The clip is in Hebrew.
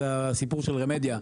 הסיפור של רמדיה,